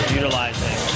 utilizing